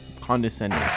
condescending